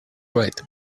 right